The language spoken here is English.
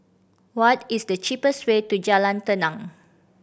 what is the cheapest way to Jalan Tenang